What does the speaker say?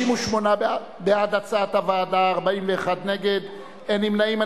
58 בעד הצעת הוועדה, 41 נגד, אין נמנעים.